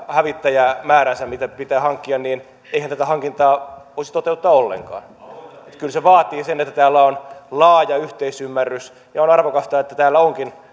hävittäjämääränsä mitä pitää hankkia niin eihän tätä hankintaa voisi toteuttaa ollenkaan kyllä se vaatii sen että täällä on laaja yhteisymmärrys on arvokasta että täällä onkin